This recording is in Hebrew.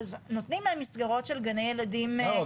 הרי נותנים להם מסגרות של גני ילדים, למה?